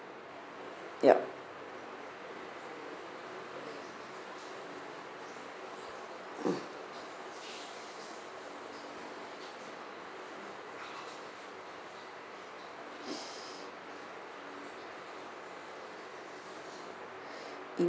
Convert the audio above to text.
ya